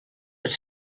were